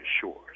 Shores